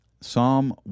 Psalm